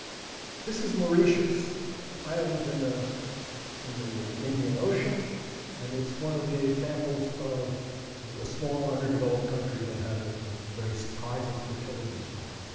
this is mauritius, an island in the in the indian ocean and it's one of the examples of of a small underdeveloped country that had a very surprising fertility decline.